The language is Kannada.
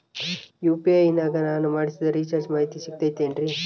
ಯು.ಪಿ.ಐ ನಾಗ ನಾನು ಮಾಡಿಸಿದ ರಿಚಾರ್ಜ್ ಮಾಹಿತಿ ಸಿಗುತೈತೇನ್ರಿ?